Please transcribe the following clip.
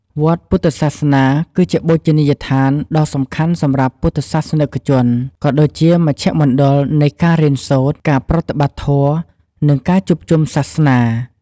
វត្តពុទ្ធសាសនា គឺជាបូជនីយដ្ឋានដ៏សំខាន់សម្រាប់ពុទ្ធសាសនិកជន ក៏ដូចជាជាមជ្ឈមណ្ឌលនៃការរៀនសូត្រ ការប្រតិបត្តិធម៌ និងការជួបជុំសាសនា។